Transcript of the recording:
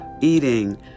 eating